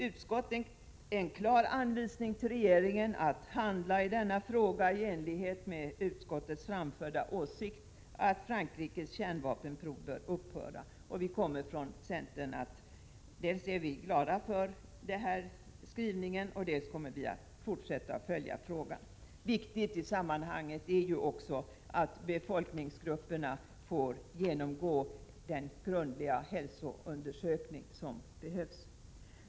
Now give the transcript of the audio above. Utskottet ger nu en klar anvisning till regeringen att handla i denna fråga i enlighet med utskottets framförda åsikt att Frankrikes kärnvapenprov bör upphöra. Inom centern är vi dels glada för denna skrivning, dels inställda på att fortsätta att noga följa frågan. Viktigt i sammanhanget är också att befolkningsgrupperna får genomgå den grundliga hälsoundersökning som behövs.